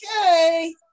okay